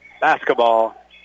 Basketball